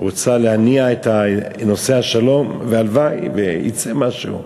רוצה להניע את נושא השלום, והלוואי שיצא משהו.